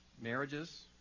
Marriages